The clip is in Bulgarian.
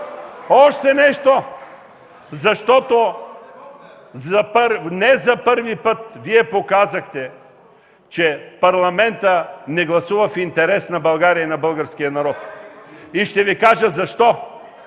Още нещо! Не за първи път Вие показахте, че Парламентът не гласува в интерес на България, на българския народ. И ще Ви кажа защо.